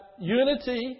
unity